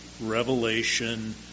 revelation